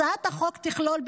הצעת החוק תכלול,